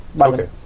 Okay